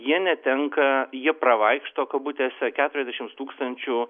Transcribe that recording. jie netenka jie pravaikšto kabutėse keturiasdešimts tūkstančių